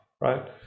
right